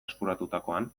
eskuratutakoan